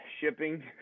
Shipping